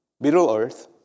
Middle-earth